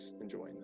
enjoying